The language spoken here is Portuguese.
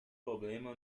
problema